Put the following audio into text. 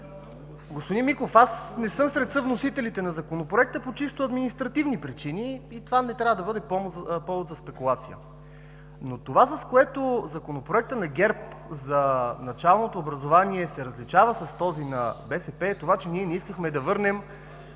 Господин Миков, аз не съм сред съвносителите на Законопроекта по чисто административни причини. Това не трябва да бъде повод за спекулация. Но онова, с което Законопроектът на ГЕРБ – за началното образование – се различава от този на БСП, е това, че ние не искахме да върнем